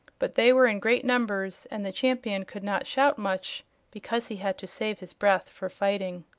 but they were in great numbers, and the champion could not shout much because he had to save his breath for fighting.